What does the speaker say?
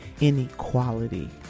inequality